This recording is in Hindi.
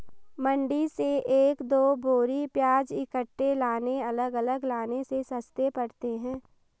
मंडी से एक दो बोरी प्याज इकट्ठे लाने अलग अलग लाने से सस्ते पड़ते हैं